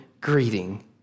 greeting